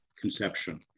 conception